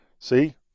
See